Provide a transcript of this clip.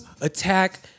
attack